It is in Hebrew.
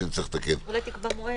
אולי תקבע מועד.